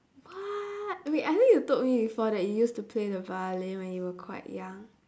what wait I think you told me before that you used to play the violin when you were quite young